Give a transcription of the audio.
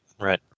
Right